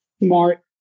smart